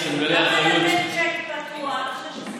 למה לתת צ'ק פתוח?